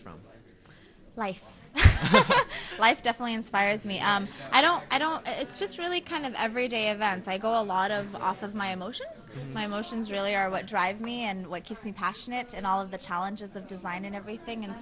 your life life definitely inspires me i don't i don't it's just really kind of every day events i go a lot of off of my emotions my emotions really are what drives me and what you see passionate and all of the challenges of design and everything and